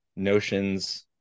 notions